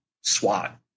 SWAT